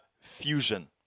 fusion